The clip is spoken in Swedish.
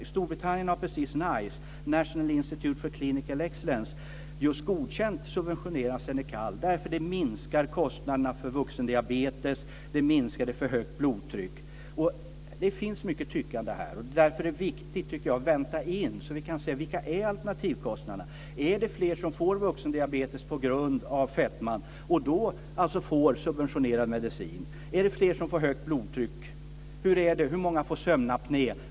I Storbritannien har precis NICE, National Institute for Clinical Excellence, just godkänt att Xenical subventioneras därför att det minskar kostnaderna för vuxendiabetes och för högt blodtryck. Det finns mycket tyckande här. Därför tycker jag att det är viktigt att vänta in och se vilka alternativkostnaderna är. Är det fler som får vuxendiabetes på grund av fetma och då får subventionerad medicin? Är det fler som får högt blocktryck? Hur många får sömnapné?